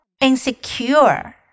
insecure